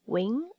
Wing